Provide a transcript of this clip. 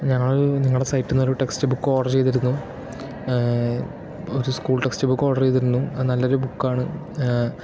ഞങ്ങൾ ഒരു നിങ്ങളെ സൈറ്റിൽ നിന്നൊരു ടെക്സ്റ്റ് ബുക്ക് ഓർഡർ ചെയ്തിരുന്നു ഒരു സ്കൂൾ ടെക്സ്റ്റ് ബുക്ക് ഓർഡർ ചെയ്തിരുന്നു അത് നല്ലൊരു ബുക്കാണ്